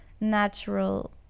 natural